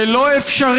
זה לא אפשרי,